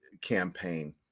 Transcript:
campaign